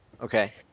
Okay